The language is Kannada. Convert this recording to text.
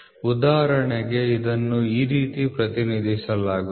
ಉದಾಹರಣೆಗೆ ಇದನ್ನು ಈ ರೀತಿ ಪ್ರತಿನಿಧಿಸಲಾಗುತ್ತದೆ